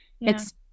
it's-